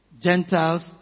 Gentiles